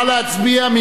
נא להצביע.